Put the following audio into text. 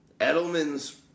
Edelman's